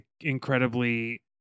incredibly